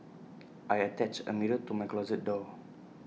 I attached A mirror to my closet door